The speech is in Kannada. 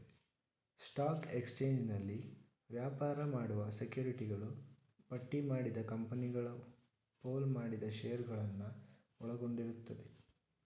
ಸ್ಟಾಕ್ ಎಕ್ಸ್ಚೇಂಜ್ನಲ್ಲಿ ವ್ಯಾಪಾರ ಮಾಡುವ ಸೆಕ್ಯುರಿಟಿಗಳು ಪಟ್ಟಿಮಾಡಿದ ಕಂಪನಿಗಳು ಪೂಲ್ ಮಾಡಿದ ಶೇರುಗಳನ್ನ ಒಳಗೊಂಡಿರುತ್ತವೆ